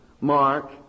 Mark